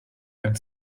beim